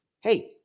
Hey